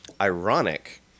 ironic